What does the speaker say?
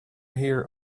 here